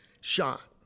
shot